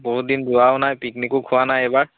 বহুত দিন যোৱাও নাই পিকনিকো খোৱা নাই এইবাৰ